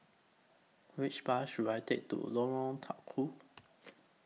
Which Bus should I Take to Lorong Tukol